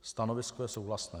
Stanovisko je souhlasné.